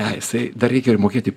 ne jisai dar reikia ir mokėti